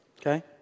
okay